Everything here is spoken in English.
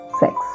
sex